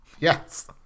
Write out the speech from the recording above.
Yes